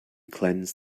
cleanse